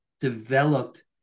developed